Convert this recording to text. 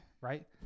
right